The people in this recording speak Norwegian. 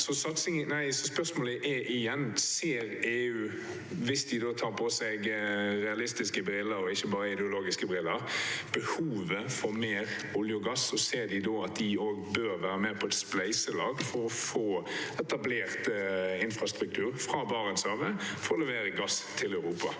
Spørsmålet er igjen: Ser EU – hvis de tar på seg realistiske briller, ikke bare ideologiske – behovet for mer olje og gass, og ser de da at de også bør være med på et spleiselag for å få etablert infrastruktur fra Barentshavet for å levere gass til Europa?